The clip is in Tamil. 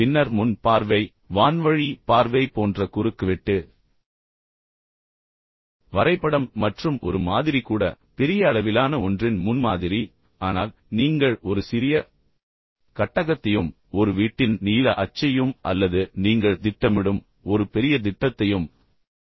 பின்னர் முன் பார்வை வான்வழி பார்வை போன்ற குறுக்கு வெட்டு வரைபடம் மற்றும் ஒரு மாதிரி கூட பெரிய அளவிலான ஒன்றின் முன்மாதிரி ஆனால் நீங்கள் ஒரு சிறிய கட்டகத்தையும் ஒரு வீட்டின் நீல அச்சையும் அல்லது நீங்கள் திட்டமிடும் ஒரு பெரிய திட்டத்தையும் காட்டுகிறீர்கள்